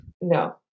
no